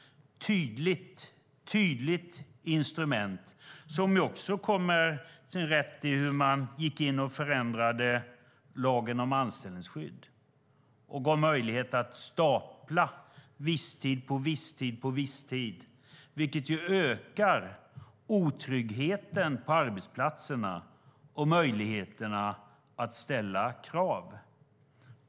Det är ett tydligt instrument som kom till sin rätt då man gick in och förändrade lagen om anställningsskydd. Det gav möjlighet att stapla visstid på visstid, vilket ökar otryggheten på arbetsplatserna och möjligheterna att ställa krav.